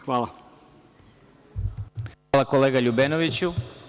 Hvala, kolega LJubenoviću.